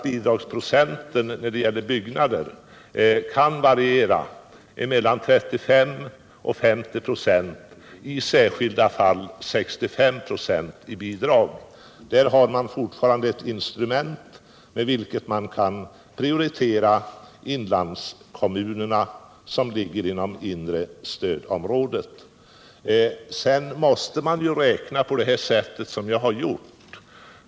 Bidragsprocenten när det gäller byggnader kan nämligen variera mellan 35 och 50 96, i särskilda fall 65 96, och därmed har man fortfarande ett instrument med vilket man kan prioritera de inlandskommuner som ligger inom det inre stödområdet. Man måste i det här sammanhanget räkna på det sätt vi har gjort.